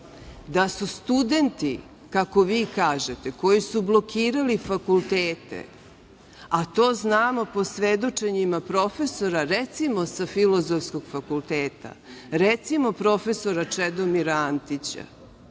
da su studenti, kako vi kažete, koji su blokirali fakultete, a to znamo po svedočenjima profesora, recimo, sa Filozofskog fakulteta, recimo, prof. Čedomira Antića,